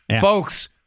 Folks